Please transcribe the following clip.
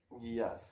Yes